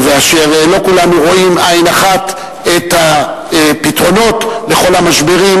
ואשר לא כולנו רואים עין אחת את הפתרונות לכל המשברים,